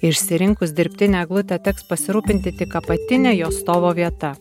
išsirinkus dirbtinę eglutę teks pasirūpinti tik apatine jos stovo vieta